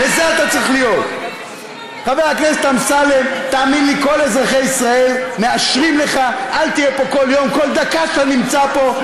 אתה צריך להיות פה כל יום בשביל לתקוף את המשטרה.